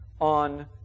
on